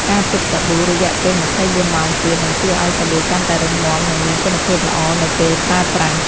ការទុកសាប៊ូ រយៈពេល ២៤ ម៉ោងទៀត នឹងជួយឱ្យសាប៊ូកាន់តែរឹងមាំ និងមានគុណភាពល្អនៅពេលប្រើប្រាស់។